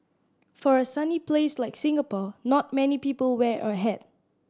for a sunny place like Singapore not many people wear a hat